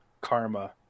Karma